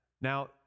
Now